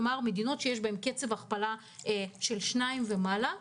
כלומר, מדינות שיש בהן קצב הכפלה של שתיים ומעלה.